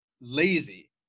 lazy